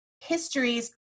history's